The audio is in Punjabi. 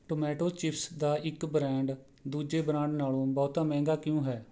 ਟੋਮੈਟੋ ਚਿਪਸ ਦਾ ਇੱਕ ਬ੍ਰਾਂਡ ਦੂਜੇ ਬ੍ਰਾਂਡ ਨਾਲੋਂ ਬਹੁਤ ਮਹਿੰਗਾ ਕਿਉਂ ਹੈ